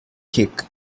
kick